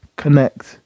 Connect